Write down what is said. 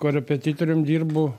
korepetitorium dirbu